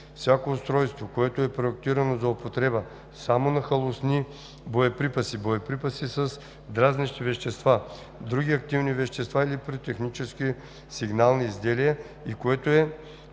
Всяко устройство, което е проектирано за употреба само на халосни боеприпаси, боеприпаси с дразнещи вещества, други активни вещества или пиротехнически сигнални изделия и което е